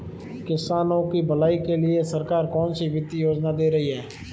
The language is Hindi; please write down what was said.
किसानों की भलाई के लिए सरकार कौनसी वित्तीय योजना दे रही है?